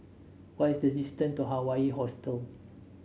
what is the distance to Hawaii Hostel